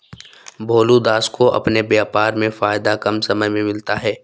भोलू दास को अपने व्यापार में फायदा कम समय में मिलता है